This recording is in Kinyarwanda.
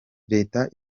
leta